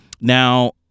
Now